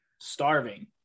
Starving